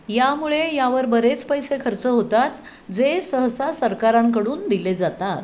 यामुळे यावर बरेच पैसे खर्च होतात जे सहसा सरकारांकडून दिले जातात